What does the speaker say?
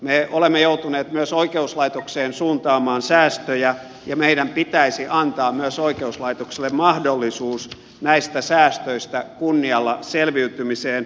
me olemme joutuneet myös oi keuslaitokseen suuntaamaan säästöjä ja meidän pitäisi antaa oikeuslaitokselle myös mahdollisuus näistä säästöistä kunnialla selviytymiseen